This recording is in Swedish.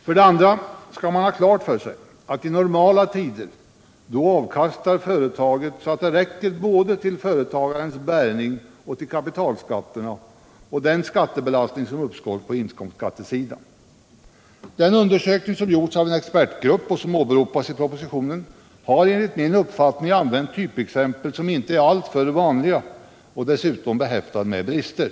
För det andra skall man ha klart för sig att i normala tider så avkastar företaget så att det räcker både till företagarens bärgning och till kapitalskatterna och den skattebelastning som uppstår på inkomstskattesidan. Den undersökning som gjorts av en expertgrupp och som åberopats Nr 56 i propositionen har enligt min uppfattning använt typexempel som inte Lördagen den är alltför vanliga och dessutom är behäftade med brister.